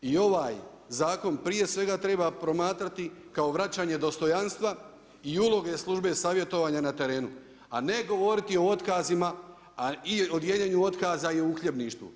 I ovaj zakon prije svega treba promatrati kao vraćanje dostojanstva i uloge službe savjetovanja na terenu, a ne govoriti o otkazima i o dijeljenju otkaza i uhljebništvu.